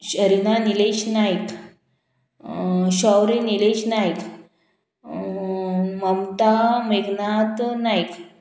Sharina Nilesh Naik Shaurya Nilesh Naik Mamata Meghnath Naik